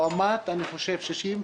לעומת 60%,